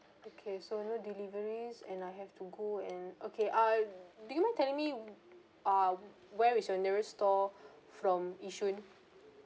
okay so no deliveries and I have to go and okay ah do you know mind telling me w~ ah where is your nearest store from yishun